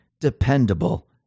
dependable